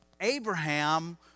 Abraham